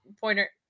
pointer